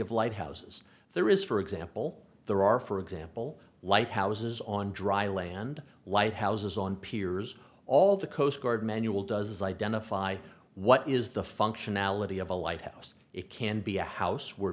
of lighthouses there is for example there are for example light houses on dry land lighthouses on piers all the coast guard manual does identify what is the functionality of a lighthouse it can be a house where